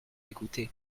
écouté